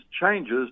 changes